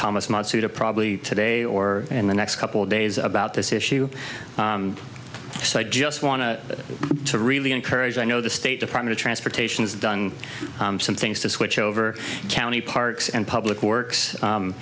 thomas matsuda probably today or in the next couple days about this issue so i just want to to really encourage i know the state department of transportation has done some things to switch over county parks and public works